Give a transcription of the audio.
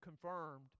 confirmed